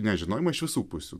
nežinojimo iš visų pusių